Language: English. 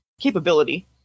capability